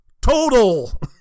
Total